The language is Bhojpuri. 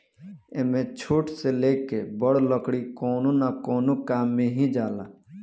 एमे छोट से लेके बड़ लकड़ी कवनो न कवनो काम मे ही जाला